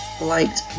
liked